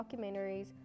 documentaries